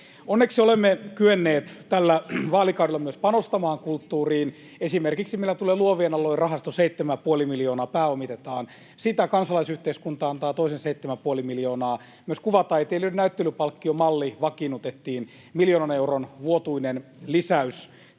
Sarkomaa: Luottaako pääministeri kulttuuriministeriin?] Esimerkiksi meillä tulee luovien alojen rahasto, 7,5 miljoonaa pääomitetaan sitä, kansalaisyhteiskunta antaa toisen 7,5 miljoonaa. Myös kuvataiteilijoiden näyttelypalkkiomalli vakiinnutettiin, miljoonan euron vuotuinen lisäys.